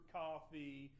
coffee